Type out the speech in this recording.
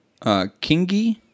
kingi